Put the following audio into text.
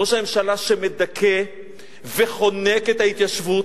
ראש הממשלה שמדכא וחונק את ההתיישבות,